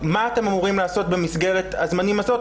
מה אתם אמורים לעשות במסגרת הזמנים הזאת,